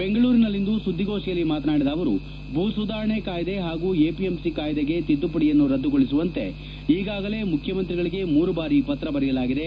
ಬೆಂಗಳೂರಿನಲ್ಲಿಂದು ಸುದ್ದಿಗೋಷ್ಠಿಯಲ್ಲಿ ಮಾತನಾಡಿದ ಅವರು ಭೂ ಸುಧಾರಣೆ ಕಾಯ್ದೆ ಹಾಗೂ ಎಪಿಎಂಸಿ ಕಾಯ್ದೆ ತಿದ್ದುಪಡಿಯನ್ನು ರದ್ದುಗೊಳಿಸುವಂತೆ ಈಗಾಗಲೇ ಮುಖ್ಯಮಂತ್ರಿಗಳಿಗೆ ಮೂರು ಬಾರಿ ಪತ್ರ ಬರೆಯಲಾಗಿದೆ